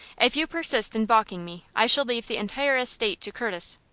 if you persist in balking me, i shall leave the entire estate to curtis.